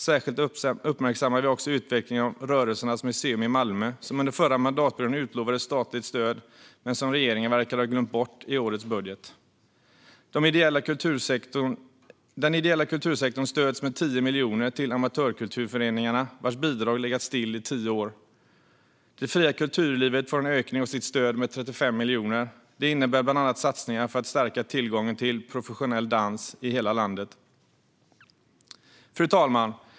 Särskilt uppmärksammar vi utvecklingen av Rörelsernas museum i Malmö, som under förra mandatperioden utlovades statligt stöd men som regeringen verkar ha glömt bort i årets budget. Den ideella kultursektorn stöds med 10 miljoner till amatörkulturföreningarna, vars bidrag legat still i tio år. Det fria kulturlivet får en ökning av sitt stöd med 35 miljoner. Det innebär bland annat satsningar för att stärka tillgången till professionell dans i hela landet. Fru talman!